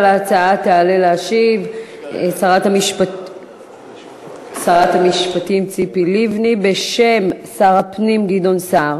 על ההצעה תעלה להשיב שרת המשפטים ציפי לבני בשם שר הפנים גדעון סער.